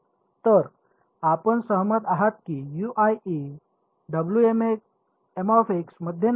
तर आपण सहमत आहात की मध्ये नसावे